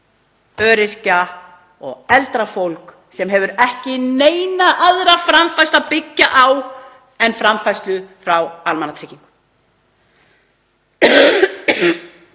öryrkja og eldra fólk sem hefur ekki neina aðra framfærslu að byggja á en framfærslu frá almannatryggingum.